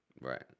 Right